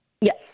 Yes